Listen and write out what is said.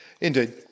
Indeed